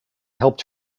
helped